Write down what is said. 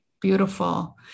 beautiful